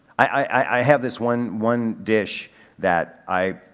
i, i, i have this one, one dish that i,